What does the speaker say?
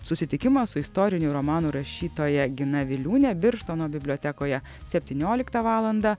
susitikimas su istorinių romanų rašytoja gina viliūne birštono bibliotekoje septynioliktą valandą